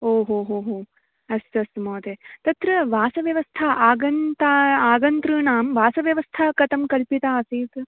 ओ हो हो हो अस्तु अस्तु महोदय तत्र वासव्यवस्था आगन्ता आगन्तृणां वासव्यवस्था कथं कल्पिता आसीत्